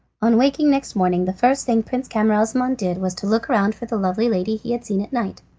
on waking next morning the first thing prince camaralzaman did was to look round for the lovely lady he had seen at night,